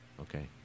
Okay